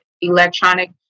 electronic